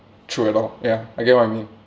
true at all ya I get what you mean